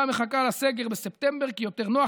הממשלה מחכה לסגר בספטמבר כי יותר נוח